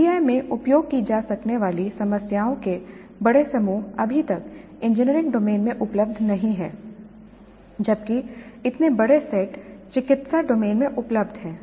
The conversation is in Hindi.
पीबीआई में उपयोग की जा सकने वाली समस्याओं के बड़े समूह अभी तक इंजीनियरिंग डोमेन में उपलब्ध नहीं हैं जबकि इतने बड़े सेट चिकित्सा डोमेन में उपलब्ध हैं